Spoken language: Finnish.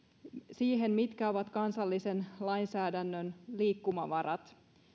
siihen mitkä ovat kansallisen lainsäädännön liikkumavarat